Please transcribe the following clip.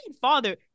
father